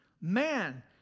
Man